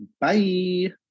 Bye